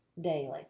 daily